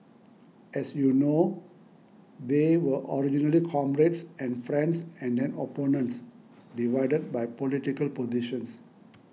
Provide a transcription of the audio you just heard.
as you know they were originally comrades and friends and then opponents divided by political positions